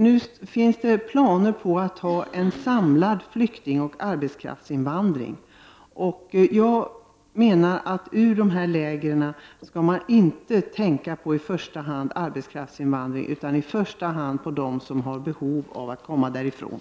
Nu finns planer på en samlad flyktingoch arbetskraftsinvandring. Man skall inte i första hand tänka på att få arbetskraft från flyktinglägren, utan man skall främst tänka på dem som har behov av att komma därifrån.